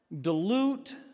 dilute